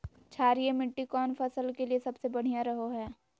क्षारीय मिट्टी कौन फसल के लिए सबसे बढ़िया रहो हय?